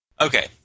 Okay